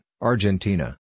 Argentina